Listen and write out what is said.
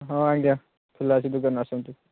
ହଁ ଆଜ୍ଞା ଖୋଲା ଅଛି ଦୋକାନ ଆସନ୍ତୁ